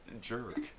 jerk